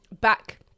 back